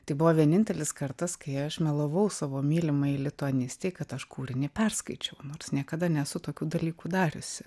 tai buvo vienintelis kartas kai aš melavau savo mylimai lituanistei kad aš kūrinį perskaičiau nors niekada nesu tokių dalykų dariusi